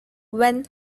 when